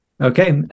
Okay